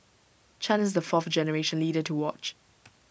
chan is the fourth generation leader to watch